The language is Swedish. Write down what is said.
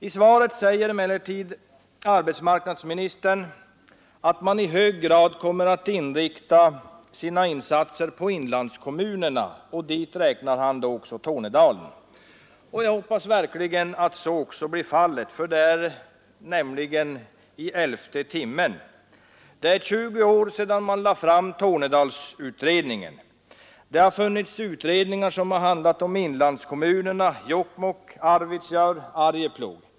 I svaret säger emellertid arbetsmarknadsministern att man i hög grad kommer att inrikta sina insatser på inlandskommunerna, och dit räknar han då också Tornedalen. Jag hoppas verkligen att så också blir fallet för det är i elfte timmen. Det är 20 år sedan man lade fram Tornedalsutredningen. Det har funnits utredningar som har handlat om inlandskommunerna, Jokkmokk, Arvidsjaur, Arjeplog.